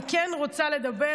אני כן רוצה לדבר,